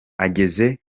ageze